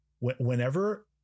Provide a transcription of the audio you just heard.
whenever